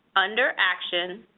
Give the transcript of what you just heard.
under action,